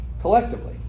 collectively